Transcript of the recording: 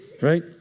right